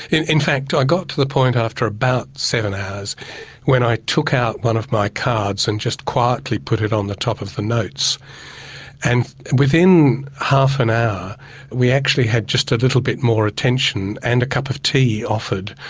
in in fact i got to the point after about seven hours when i took out one of my cards and just quietly put it on top of the notes and within half an hour we actually had just a little bit more attention and a cup of tea offered.